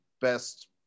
best